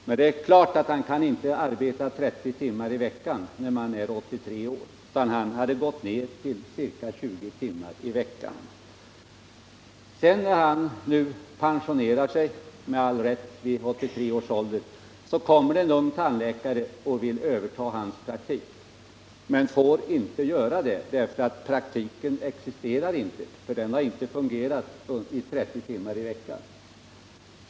Men det är klart att man inte kan arbeta 30 timmar i veckan när man är 83 år — utan han hade gått ned till ca 20 timmar i veckan. När han nu pensionerat sig, med all rätt, vid 83 års ålder kommer det en ung tandläkare och vill överta hans praktik, men han får inte göra det därför att praktiken inte existerar —den har inte fungerat 30 timmar i veckan!